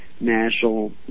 National